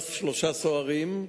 מהשב"ס שלושה סוהרים.